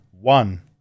one